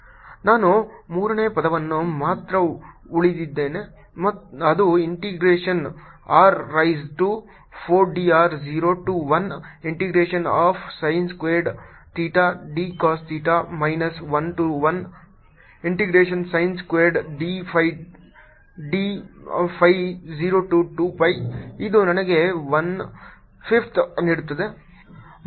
VdV2xxzy2r2drdcosθdϕ2r sinθcosϕr2drdcosθdϕrsinθcosϕrcosθr2drdcosθdϕr2 r2drdcosθdϕr2 r2drdcosθdϕ since 02πcos ϕdϕ0 ನಾನು ಮೂರನೇ ಪದವನ್ನು ಮಾತ್ರ ಉಳಿದಿದ್ದೇನೆ ಅದು integration r raise to 4 d r 0 to 1 integration of sin squared theta d cosine theta minus 1 to 1 integration sin squared phi d phi 0 to 2 pi ಇದು ನನಗೆ 1 fifth ನೀಡುತ್ತದೆ